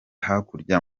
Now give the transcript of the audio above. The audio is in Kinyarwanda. hakurya